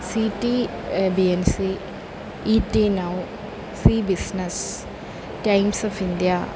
C T B N C E T now zee business times of India